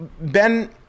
Ben